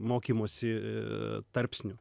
mokymosi tarpsnių